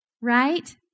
Right